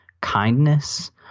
kindness